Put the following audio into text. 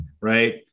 right